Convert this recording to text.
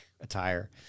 attire